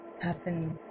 happen